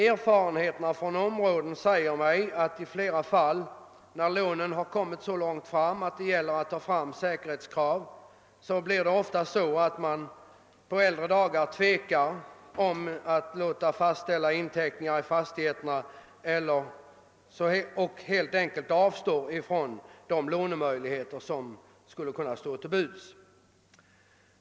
Erfarenheterna från området säger mig att i flera fall har, när man har kommit så långt i fråga om lånen att säkerhetskraven skall tas upp, äldre personer tvekat att ta inteckningar i sina fastigheter och helt enkelt inte utnyttjat de lånemöjligheter som stått till buds.